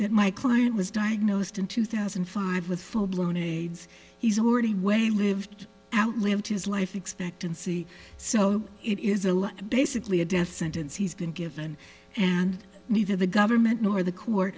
that my client was diagnosed in two thousand and five with full blown aids he's already way lived out lived his life expectancy so it is a law basically a death sentence he's been given and neither the government nor the court